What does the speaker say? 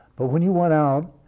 but when you went out,